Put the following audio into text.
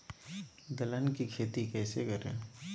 दलहन की खेती कैसे करें?